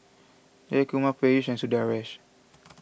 Jayakumar Peyush and Sundaresh